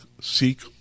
seek